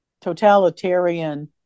totalitarian